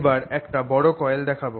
এবার একটা বড় কয়েলে দেখাব